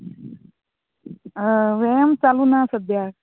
हय वेयाम चालू ना सद्द्यां